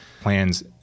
plans